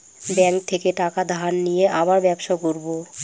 bank থেকে টাকা ধার নিয়ে আবার ব্যবসা করবো